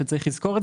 צריך לזכור,